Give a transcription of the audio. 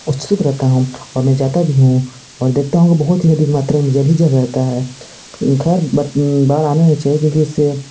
उत्सुक रहता हूँ और मैं जाता भी हूँ और देखता हूँ बहौत ही अधिक मात्रा में जल ही जल रहता है ख़ैर बाढ़ आना नहीं चाहिए क्योंकि इससे